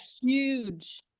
huge